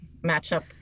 matchup